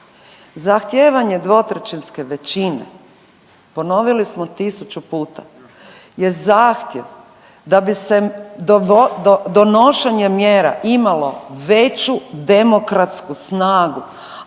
Zahtijevanje dvotrećinske većine, ponovili smo 1000 puta je zahtjev da bi se donošenje mjera imalo veću demokratsku snagu,